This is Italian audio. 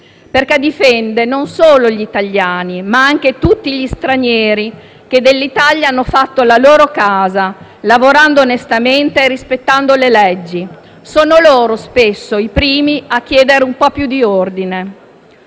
perché difende non solo gli italiani, ma anche tutti gli stranieri che dell'Italia hanno fatto la loro casa lavorando onestamente e rispettando le leggi. Sono loro spesso i primi a chiedere più ordine.